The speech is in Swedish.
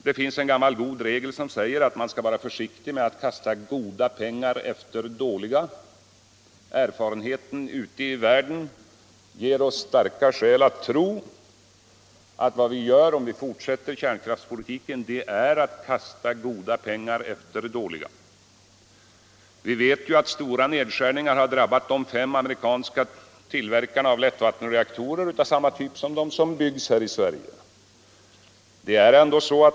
Det finns en gammal regel som säger att man skall vara försiktig med att kasta goda pengar efter dåliga. Erfarenheten ute i världen ger oss starka skäl att tro att vad vi gör om vi fortsätter den inledda kärnkraftspolitiken är att kasta goda pengar efter dåliga. Vi vet att stora nedskärningar har drabbat de fem amerikanska tillverkarna av lättvattenreaktorer av samma typ som de som byggs här i Sverige.